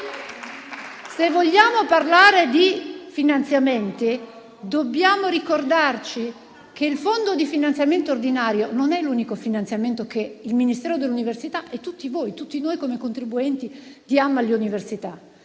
Se vogliamo parlare di finanziamenti, dobbiamo ricordarci che il fondo di finanziamento ordinario non è l'unico finanziamento che il Ministero dell'università e tutti voi, tutti noi come contribuenti, diamo alle università.